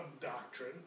doctrine